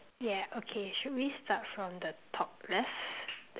yeah okay should we start from the top left